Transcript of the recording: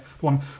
one